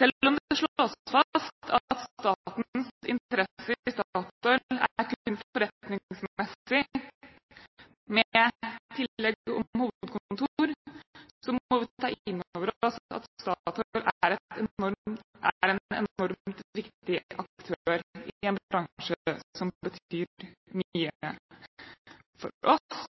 Selv om det slås fast at statens interesser i Statoil kun er forretningsmessige – med tillegget om hovedkontor – må vi ta inn over oss at Statoil er en enormt viktig aktør i en bransje som betyr mye for oss.